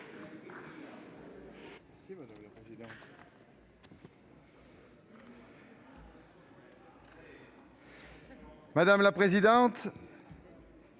Madame la présidente,